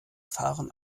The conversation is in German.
fahren